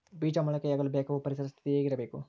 ಬೇಜ ಮೊಳಕೆಯಾಗಲು ಬೇಕಾಗುವ ಪರಿಸರ ಪರಿಸ್ಥಿತಿ ಹೇಗಿರಬೇಕು?